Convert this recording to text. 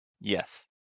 Yes